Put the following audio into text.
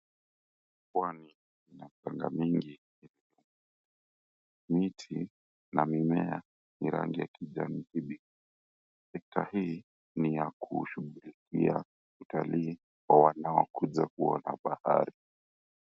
Pwani ina mchanga mingi miti na mimea ni rangi ya kijani kibichi, sekta hii ni ya kushughulikia watalii wanaokuja kuona bahari.